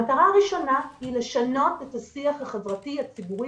המטרה הראשונה היא לשנות את השיח החברתי הציבורי